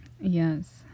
yes